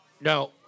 No